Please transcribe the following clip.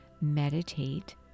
Meditate